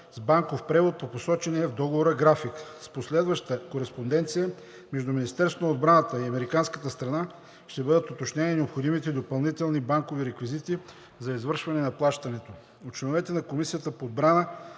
с банков превод по посочения в Договора график. С последваща кореспонденция между Министерството на отбраната и американската страна ще бъдат уточнени необходимите допълнителни банкови реквизити за извършване на плащането. От членовете на Комисията по отбрана